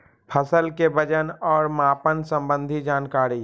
फसल के वजन और मापन संबंधी जनकारी?